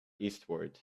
eastward